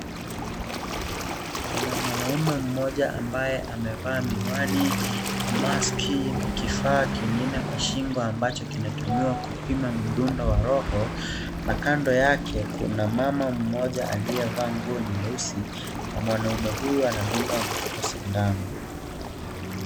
Kuna mwanaume mmoja ambaye amevaa miwani, maski na kifaa kingine kwa shingo ambacho kinatumiwa kupima mdundo wa roho, na kando yake kuna mama mmoja aliyevaa nguo nyeusi, na mwanaume huyu anadunga mtoto sindano.